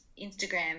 Instagram